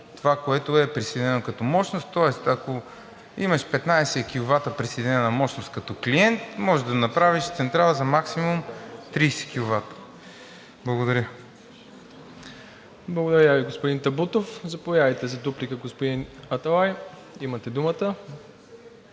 това, което е присъединено като мощност. Тоест, ако имаш 15 киловата присъединена мощност като клиент, можеш да направиш централа за максимум 30 киловата. Благодаря. ПРЕДСЕДАТЕЛ МИРОСЛАВ ИВАНОВ: Благодаря Ви, господин Табутов. Заповядайте за дуплика, господин Аталай – имате думата.